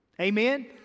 Amen